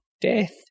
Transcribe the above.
Death